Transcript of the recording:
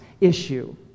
issue